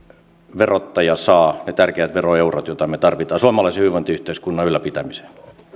verottaja saa ne tärkeät veroeurot joita me tarvitsemme suomalaisen hyvinvointiyhteiskunnan ylläpitämiseen no niin